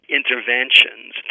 interventions